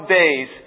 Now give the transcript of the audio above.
days